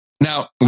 Now